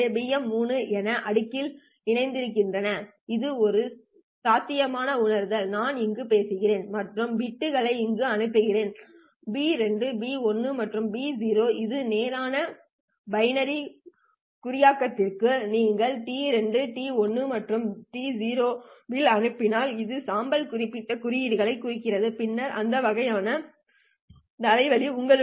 M 3 என அடுக்கில் இணைக்கின்றன இது ஒரு சாத்தியமான உணர்தல் நான் இங்கு பேசுகிறேன் மற்றும் பிட்களை இங்கு அனுப்புகிறேன் பி 2 பி 1 மற்றும் பி 0 இது நேரான பைனரி குறியாக்கத்திற்கானது நீங்கள் டி 2 டி 1 மற்றும் டி 0 இல் அனுப்பினால் இது சாம்பல் குறியிடப்பட்ட குறியீடுகளை குறிக்கிறது பின்னர் அந்த வகையான தலைவலி உங்களுடையது